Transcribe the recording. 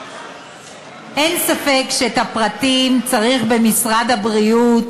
אין ספק שאת הפרטים צריך לעבד במשרד הבריאות.